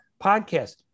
podcast